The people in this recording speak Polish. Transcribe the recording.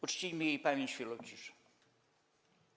Uczcijmy jej pamięć chwilą ciszy.